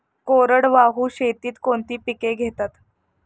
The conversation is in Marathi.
कोरडवाहू शेतीत कोणती पिके घेतात?